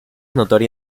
notoria